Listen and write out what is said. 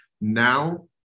now